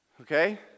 Okay